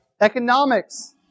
Economics